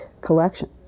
collection